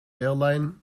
airline